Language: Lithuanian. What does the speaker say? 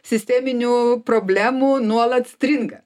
sisteminių problemų nuolat stringa